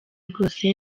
rwose